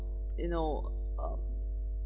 you know um